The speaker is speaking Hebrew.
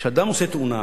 כשאדם עושה תאונה,